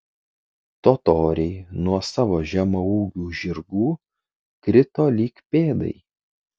totoriai nuo savo žemaūgių žirgų krito lyg pėdai